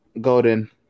golden